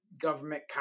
government